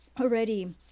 already